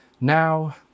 Now